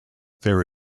there